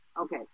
Okay